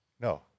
no